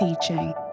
teaching